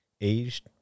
aged